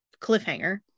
cliffhanger